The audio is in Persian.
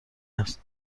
است